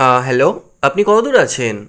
hello আপনি কত দূর আছেন